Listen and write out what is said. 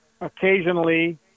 occasionally